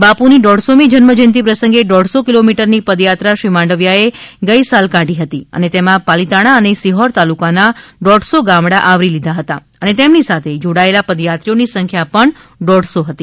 બાપુ ની દોઢસોમી જન્મ જયંતિ પ્રસંગે દોઢસો કિલોમીટર ની પદયાત્રા શ્રી માંડવીયાએ ગઇસાલ કાઢી હતી અને તેમાં પાલિતાણા અને સિહોર તાલુકા ના દોઢસો ગામડા આવરી લીધા હતા અને તેમની સાથે જોડાયેલા પદયાત્રિકોની સંખ્યા પણ દોઢસો હતી